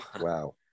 Wow